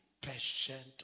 patient